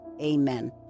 Amen